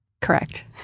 Correct